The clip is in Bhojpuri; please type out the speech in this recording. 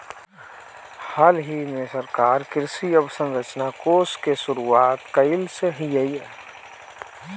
हालही में सरकार कृषि अवसंरचना कोष के शुरुआत कइलस हियअ